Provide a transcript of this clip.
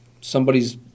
somebody's